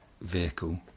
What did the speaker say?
vehicle